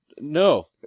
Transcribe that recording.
No